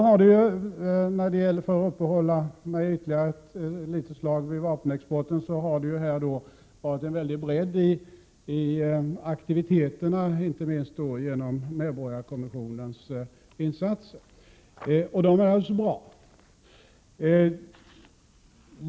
För att uppehålla mig ytterligare ett litet slag vid vapenexporten vill jag säga att det har varit en väldig bredd i aktiviteterna inte minst genom medborgarkommissionens insatser, och det är bra.